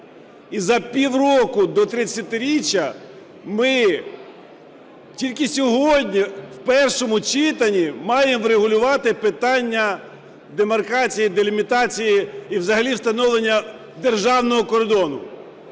І за півроку до 30-річчя ми тільки сьогодні в першому читанні маємо врегулювати питання демаркації, делімітації і взагалі встановлення державного кордону.